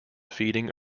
feeding